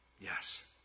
Yes